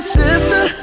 sister